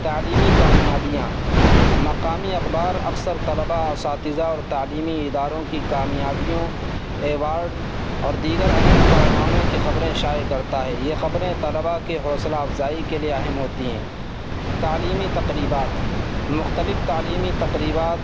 تعلیمی کامیابیاں مقامی اخبار اقثر طلبہ اساتذہ اور تعلیمی اداروں کی کامیابوں ایوارڈ اور دیگر اہم کارناموں کی خبریں شائع کرتا ہے یہ خبریں طلبہ کی حوصلہ افزائی کے لیے اہم ہوتی ہیں تعلیمی تقریبات مختلف تعلیمی تقریبات